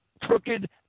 crooked